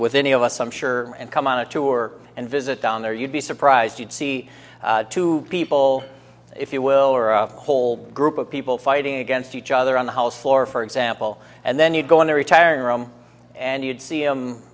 with any of us i'm sure and come on a tour and visit down there you'd be surprised you'd see two people if you will or a whole group of people fighting against each other on the house floor for example and then you go into retiring room and you'd see